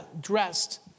dressed